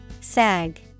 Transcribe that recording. Sag